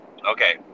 Okay